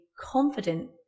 confident